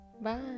bye